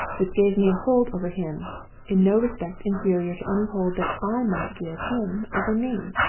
which gave me a hold over him in no respect inferior to any hold that i might give him over me.